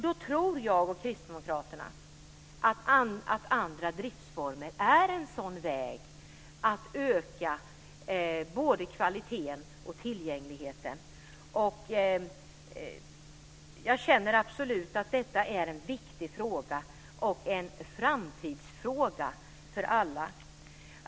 Då tror jag och Kristdemokraterna att andra driftsformer är en sådan väg att öka både kvaliteten och tillgängligheten. Jag känner absolut att detta är en viktig fråga och en framtidsfråga för alla.